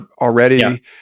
already